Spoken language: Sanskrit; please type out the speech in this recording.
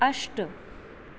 अष्ट